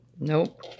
nope